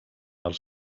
els